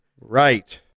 Right